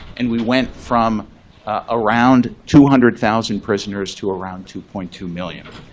and we went from around two hundred thousand prisoners to around two point two million.